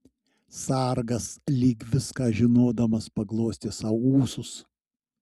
sargas lyg viską žinodamas paglostė sau ūsus